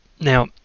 Now